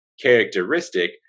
characteristic